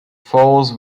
falls